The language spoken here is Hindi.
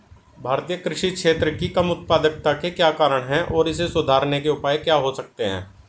भारतीय कृषि क्षेत्र की कम उत्पादकता के क्या कारण हैं और इसे सुधारने के उपाय क्या हो सकते हैं?